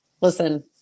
Listen